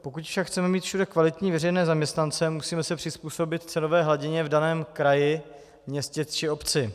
Pokud však chceme mít všude kvalitní veřejné zaměstnance, musíme se přizpůsobit cenové hladině v daném kraji, městě či obci.